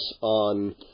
on